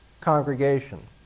congregation